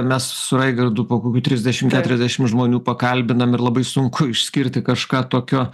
mes su raigardu po kokių trisdešim keturiasdešim žmonių pakalbinam ir labai sunku išskirti kažką tokio